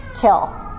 kill